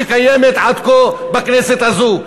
שקיימת עד כה בכנסת הזאת.